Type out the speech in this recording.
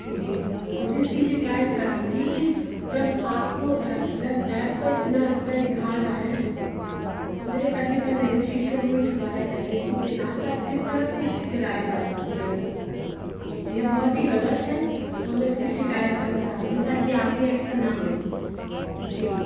जी मुझे इसकी शिकायत करनी थी कि जब आप को जब ऐप पर इतना रुपये दिखा रहा है उतने पैसे का नेगोशिएशन हो चुका है एजेंसी के साथ तो आप किस तरह से किराया बढ़ा सकते हो यह बहुत ही गलत है और मैं इसकी शिकायत करना चाहती हूँ ताकि आगे ऐसा ना हो जी